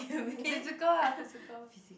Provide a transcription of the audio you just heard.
if physical ah physical